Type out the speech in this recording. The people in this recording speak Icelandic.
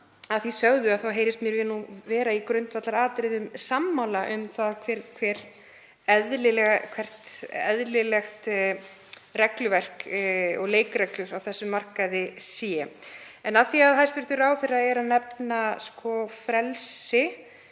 Að því sögðu heyrist mér við vera í grundvallaratriðum sammála um hvað sé eðlilegt regluverk og leikreglur á þessum markaði. En af því að hæstv. ráðherra nefnir frelsi